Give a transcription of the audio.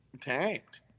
tanked